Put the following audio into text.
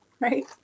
right